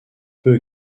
peu